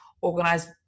organize